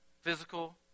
Physical